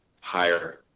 higher